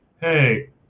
hey